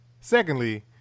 Secondly